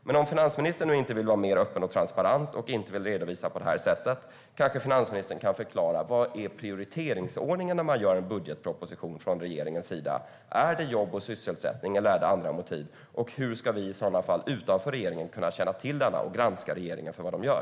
Men om finansministern nu inte vill vara mer öppen och transparent och inte vill redovisa på detta sätt kanske finansministern kan förklara vad prioriteringsordningen är från regeringen när man gör en budgetproposition. Är det jobb och sysselsättning, eller är det andra motiv? Och hur ska i så fall vi som är utanför regeringen kunna känna till den och granska regeringen för vad den gör?